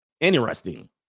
interesting